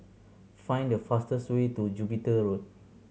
find the fastest way to Jupiter Road